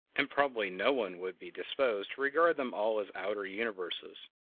and probably no one would be disposed to regard them all as outer universes.